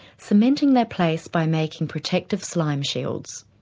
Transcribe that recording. cementing their place by making protective slime shields.